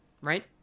right